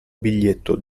biglietto